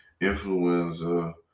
influenza